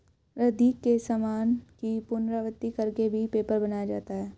रद्दी के सामान की पुनरावृति कर के भी पेपर बनाया जाता है